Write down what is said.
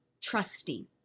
trusting